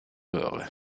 röhre